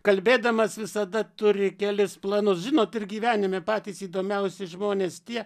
kalbėdamas visada turi kelis planus žinot ir gyvenime patys įdomiausi žmonės tie